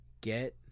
get –